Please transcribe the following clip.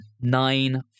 nine